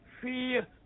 fear